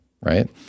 right